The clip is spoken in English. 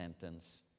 sentence